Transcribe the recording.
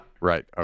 Right